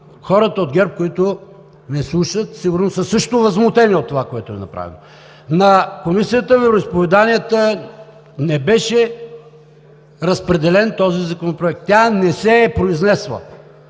хората от ГЕРБ, които ме слушат, сигурно също са възмутени от това, което е направено. На Комисията по вероизповеданията не беше разпределен този законопроект, тя не се е произнесла,